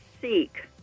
seek